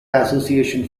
association